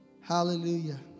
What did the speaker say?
Hallelujah